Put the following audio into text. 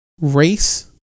race